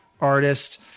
artist